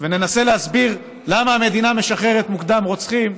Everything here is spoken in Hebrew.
וננסה להסביר למה המדינה משחררת מוקדם רוצחים,